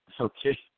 okay